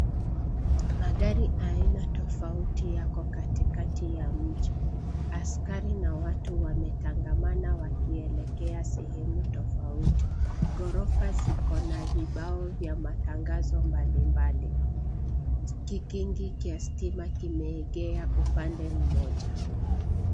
Magari aina tofauti yako katikati ya mji. Askari na watu wametangamana wakielekea sehemu tofauti. Gorofa ziko na vibao vya matangazo mbalimbali. Kikingi kia stima kimeegea upande mmoja.